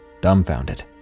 dumbfounded